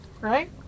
right